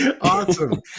awesome